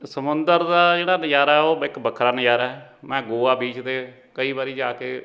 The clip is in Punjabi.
ਸਮੁੰਦਰ ਦਾ ਜਿਹੜਾ ਨਜ਼ਾਰਾ ਉਹ ਵ ਇੱਕ ਵੱਖਰਾ ਨਜ਼ਾਰਾ ਹੈ ਮੈਂ ਗੋਆ ਬੀਚ 'ਤੇ ਕਈ ਵਾਰੀ ਜਾ ਕੇ